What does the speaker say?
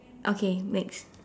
okay next